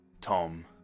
Tom